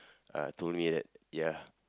uh told me that ya